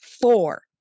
four